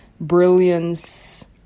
brilliance